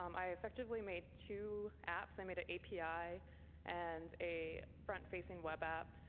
um i effectively made two apps. i made a api and a front-facing web app